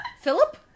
Philip